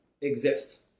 exist